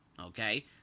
Okay